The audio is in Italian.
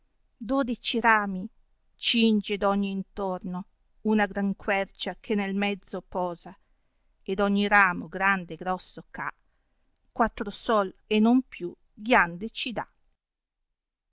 dodeci rami cinge d ogni intorno una gran quercia che nel mezzo posa e d ogni ramo grande e grosso e ha quattro sol e non più ghiande ci dà